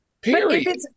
period